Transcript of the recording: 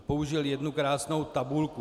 Použil jednu krásnou tabulku.